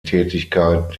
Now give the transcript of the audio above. tätigkeit